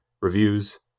reviews